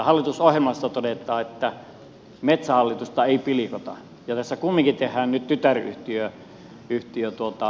hallitusohjelmassa todetaan että metsähallitusta ei pilkota ja tässä kumminkin tehdään nyt tytäryhtiö metsäosastosta